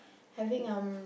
having um